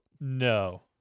No